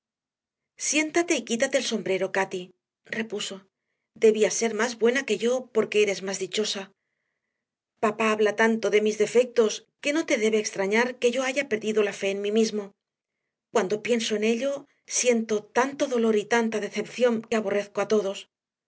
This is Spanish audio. y quítate el sombrero cati repuso debías ser más buena que yo porque eres más dichosa papá habla tanto de mis defectos que no te debe extrañar que yo haya perdido la fe en mí mismo cuando pienso en ello siento tanto dolor y tanta decepción que aborrezco a todos